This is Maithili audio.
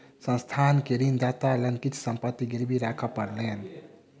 संस्थान के ऋणदाता लग किछ संपत्ति गिरवी राखअ पड़लैन